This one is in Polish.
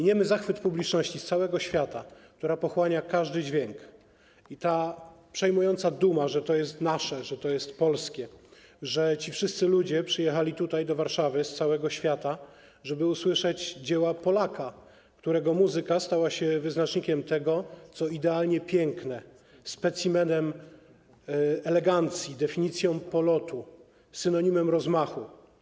Niemy zachwyt publiczności z całego świata, która pochłania każdy dźwięk, i ta przejmująca duma, że to jest nasze, że to jest polskie, że ci wszyscy ludzie przyjechali z całego świata do Warszawy, żeby usłyszeć dzieła Polaka, którego muzyka stała się wyznacznikiem tego, co idealnie piękne, specimenem elegancji, definicją polotu, synonimem rozmachu.